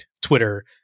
Twitter